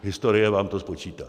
Historie vám to spočítá.